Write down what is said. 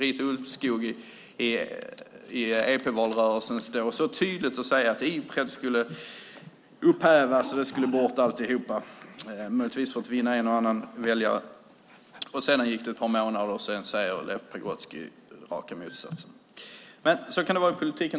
I Europaparlamentsvalrörelsen sade Marita Ulvskog mycket tydligt att Ipredlagen skulle upphävas, att alltihop skulle bort - detta möjligtvis för att vinna en och annan väljare. Men sedan efter ett par månader sade Leif Pagrotsky raka motsatsen. Så kan det tyvärr vara i politiken.